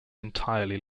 entirely